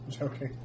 okay